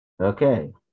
Okay